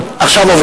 היכן היא,